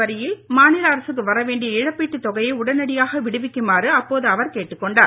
வரியில் மாநில அரசுக்கு வர வேண்டிய இழப்பீட்டுத் தொகையை உடனடியாக விடுவிக்குமாறு அப்போது அவர் கேட்டுக் கொண்டார்